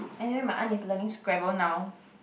and then my aunt is learning Scramble now